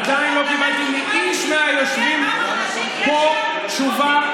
עדיין לא קיבלתי מאיש מהיושבים פה תשובה.